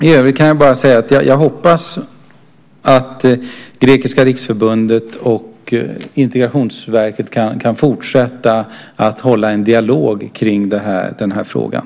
I övrigt kan jag bara säga att jag hoppas att Grekiska Riksförbundet och Integrationsverket kan fortsätta att föra en dialog kring den här frågan.